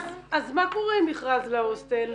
אז מה קורה עם מכרז וההוסטל?